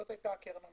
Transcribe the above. זו היתה הקרן הנורבגית.